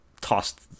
tossed